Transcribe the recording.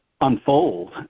unfold